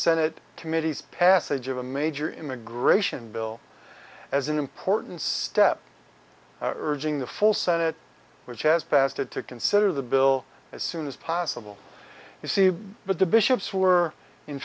senate committees passage of a major immigration bill as an important step in the full senate which has passed it to consider the bill as soon as possible you see but the bishops were in